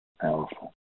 Powerful